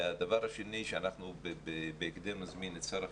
והדבר השני שאנחנו בהקדם נזמין את שר החינוך,